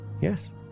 Yes